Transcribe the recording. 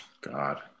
god